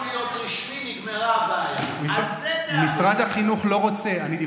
אתה יודע מה הפתרון,